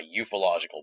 Ufological